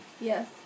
Yes